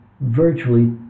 virtually